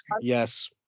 Yes